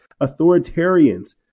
authoritarians